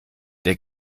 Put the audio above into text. der